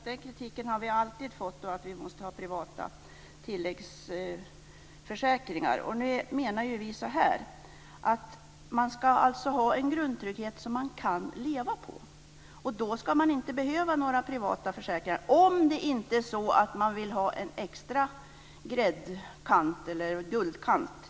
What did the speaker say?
Fru talman! Vi har alltid fått en kritik som går ut på att man måste ha privata tilläggsförsäkringar. Vi menar att man ska ha en grundtrygghet som man kan leva på. Då ska man inte behöva några privata försäkringar, om det inte är så att man vill ha en extra guldkant på tillvaron.